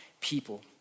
people